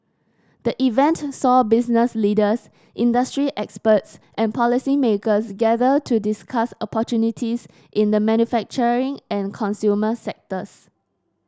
the event saw business leaders industry experts and policymakers gather to discuss opportunities in the manufacturing and consumer sectors